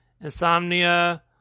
Insomnia